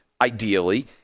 ideally